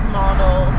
model